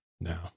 No